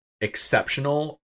exceptional